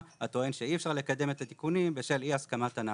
הטוען שאי אפשר לקדם את התיקונים בשל אי הסכמת אנ"צ.